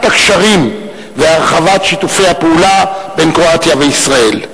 הקשרים והרחבת שיתופי הפעולה בין קרואטיה וישראל.